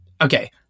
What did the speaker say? Okay